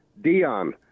Dion